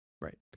Right